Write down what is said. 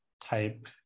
type